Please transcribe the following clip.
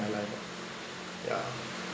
in my life yeah